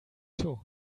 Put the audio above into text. too